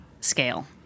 scale